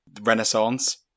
Renaissance